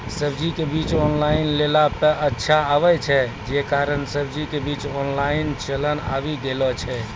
सब्जी के बीज ऑनलाइन लेला पे अच्छा आवे छै, जे कारण सब्जी के बीज ऑनलाइन चलन आवी गेलौ छै?